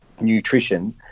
nutrition